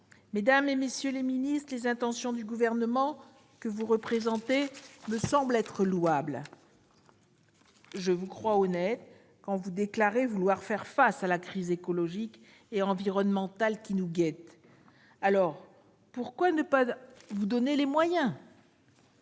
tel constat. Madame la ministre, les intentions du Gouvernement que vous représentez sont louables. Je vous crois honnête quand vous déclarez vouloir faire face à la crise écologique et environnementale qui nous guette. Alors pourquoi ne vous donnez-vous